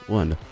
one